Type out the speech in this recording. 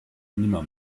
nimmer